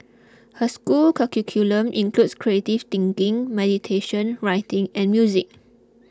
her school's curriculum includes creative thinking meditation writing and music